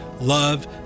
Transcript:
love